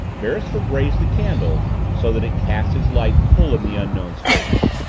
beresford raised the candle so that it cast its light full in the unknown's face.